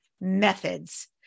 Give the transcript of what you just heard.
methods